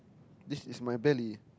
this is my belly